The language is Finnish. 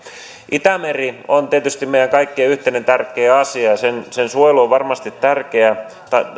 itämeri on tietysti meidän kaikkien yhteinen tärkeä asia ja sen sen suojelu on varmasti